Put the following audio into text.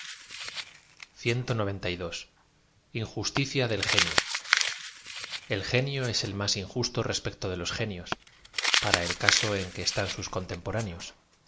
acaso nuiítcta del genio e l genio ea el máa injusto respecto de loa genios para e l caso en que están sus